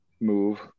move